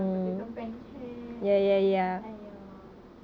potato pancake !aiyo!